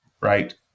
right